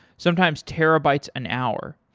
sometimes terabytes an hour.